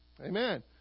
Amen